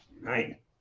Right